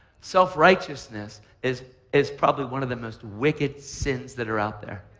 self-righteousness is is probably one of the most wicked sins that are out there.